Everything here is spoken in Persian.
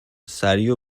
سریع